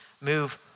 move